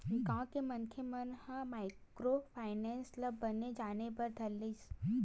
गाँव के मनखे मन ह माइक्रो फायनेंस ल बने जाने बर धर लिस